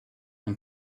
man